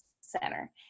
center